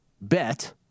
bet